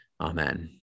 Amen